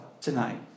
tonight